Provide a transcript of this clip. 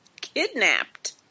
Kidnapped